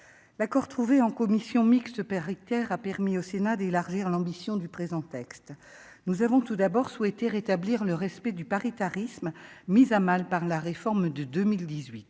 l'accord trouvé en commission mixte paritaire a permis au Sénat d'élargir l'ambition du présent texte. Nous avons tout d'abord souhaité rétablir le respect du paritarisme, mise à mal par la réforme de 2018,